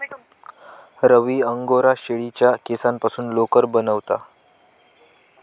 रवी angora शेळीच्या केसांपासून लोकर बनवता